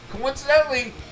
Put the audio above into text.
coincidentally